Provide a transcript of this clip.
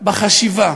בחשיבה,